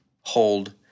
hold